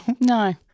No